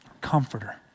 comforter